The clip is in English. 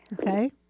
Okay